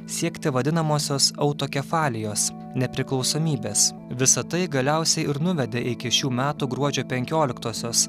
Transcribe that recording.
siekti vadinamosios autokefalijos nepriklausomybės visa tai galiausiai ir nuvedė iki šių metų gruodžio penkioliktosios